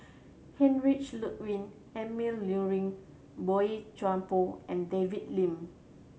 Heinrich Ludwig Emil Luering Boey Chuan Poh and David Lim